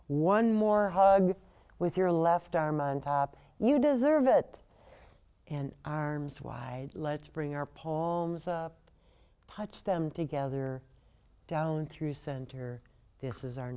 one more hug with your left arm on top you deserve it and arms wide let's bring our paul mones up touch them together down through center this is our